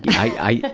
i,